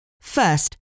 First